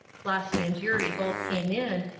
flossy and eurie both came in,